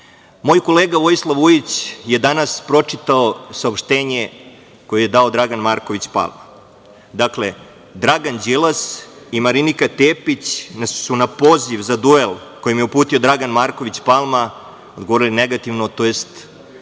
dno. Moj kolega Vojislav Vujić je danas pročitao saopštenje koje je dao Dragan Marković Palma. Dakle, Dragan Đilas i Marinika Tepić su na poziv za duel koji im je uputio Dragan Marković Palma govorili negativno tj.